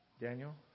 Daniel